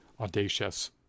audacious